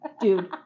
dude